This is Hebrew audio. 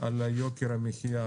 על יוקר המחיה.